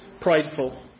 Prideful